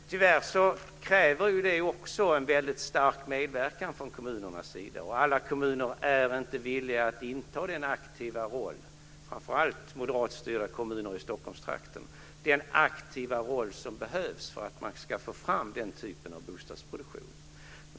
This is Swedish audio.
Tyvärr kräver det också en väldigt stark medverkan från kommunernas sida. Alla kommuner är inte villiga - framför allt inte moderatstyrda kommuner i Stockholmstrakten - att inta den aktiva roll som behövs för att man ska få fram den typen av bostadsproduktion.